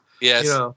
Yes